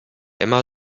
immer